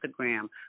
Instagram